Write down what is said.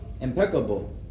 impeccable